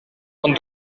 com